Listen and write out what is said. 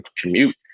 commute